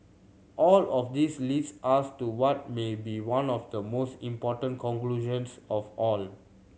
all of this leads us to what may be one of the most important conclusions of all